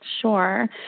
Sure